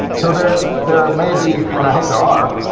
so there there may be, and i hope there are,